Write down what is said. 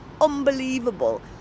unbelievable